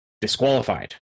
disqualified